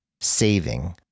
saving